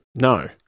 no